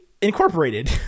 incorporated